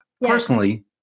Personally